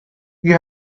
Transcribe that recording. you